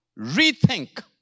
rethink